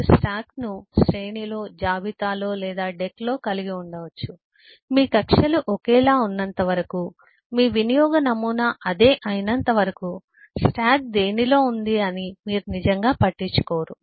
మీరు స్టాక్ను శ్రేణిలో జాబితాలో లేదా డెక్లో కలిగి ఉండవచ్చు మీ కక్ష్యలు ఒకేలా ఉన్నంత వరకు మీ వినియోగ నమూనా అదే అయినంత వరకు స్టాక్ దేనిలో ఉంది అని మీరు నిజంగా పట్టించుకోరు